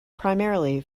primarily